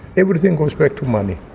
everything goes back to money.